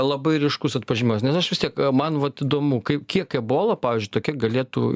labai ryškus atpažinimas nes aš vis tiek man vat įdomu kiek ebola pavyzdžiui tokia galėtų